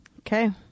okay